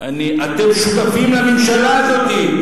אתם שותפים לממשלה הזאת,